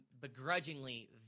begrudgingly